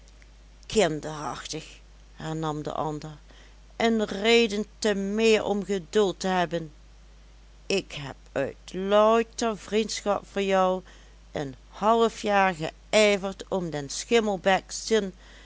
kinderachtig hernam de ander een reden te meer om geduld te hebben ik heb uit louter vriendschap voor jou een halfjaar geijverd om den schimmelbek zin